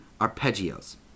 arpeggios